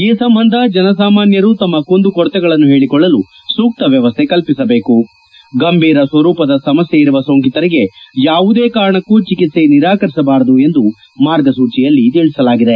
ಈ ಸಂಬಂಧ ಜನ ಸಮಾನ್ನರು ತಮ್ನ ಕುಂದುಕೊರತೆಗಳನ್ನು ಹೇಳಿಕೊಳ್ಳಲು ಸೂಕ್ತ ವ್ಯವಸ್ಥೆ ಕಲ್ಪಿಸಬೇಕು ಗಂಭೀರ ಸ್ವರೂಪದ ಸಮಸ್ಥೆಯಿರುವ ಸೋಂಕಿತರಿಗೆ ಯಾವುದೇ ಕಾರಣಕೂ ಚಿಕಿತ್ತೆ ನಿರಾಕರಿಸಬಾರದು ಎಂದು ಮಾರ್ಗಸೂಚಿಯಲ್ಲಿ ತಿಳಿಸಲಾಗಿದೆ